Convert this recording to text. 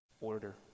order